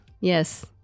yes